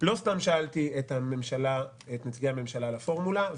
לא סתם שאלתי את נציגי הממשלה על הפורמולה.